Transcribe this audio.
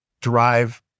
drive